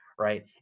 right